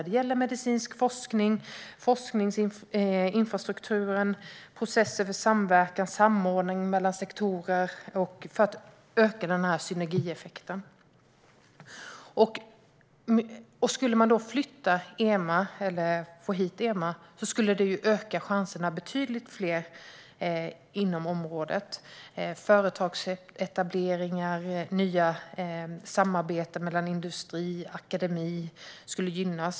Det gäller medicinsk forskning, forskningsinfrastrukturen och processer för samverkan och samordning mellan sektorer för att öka synergieffekten. Om vi skulle få hit EMA skulle chanserna öka för att få hit betydligt fler inom området. Det skulle bli fler företagsetableringar, och nya samarbeten mellan industri och akademi skulle gynnas.